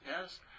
yes